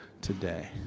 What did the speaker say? today